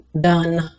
done